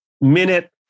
minute